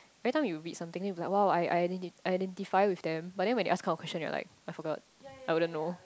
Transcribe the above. every time you read something then you be like !wow! I I identi~ I identify with them but then when they ask kind of question you're like I forgot I wouldn't know